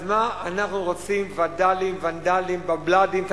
אז מה אנחנו רוצים וד"לים, ונדלים, בבלדים?